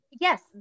Yes